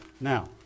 Now